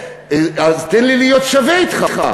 תן לי להיות שווה אתך,